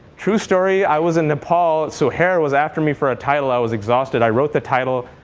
true story. i was in nepal, suhair was after me for a title. i was exhausted. i wrote the title,